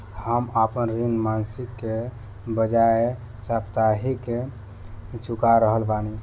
हम आपन ऋण मासिक के बजाय साप्ताहिक चुका रहल बानी